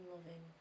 Loving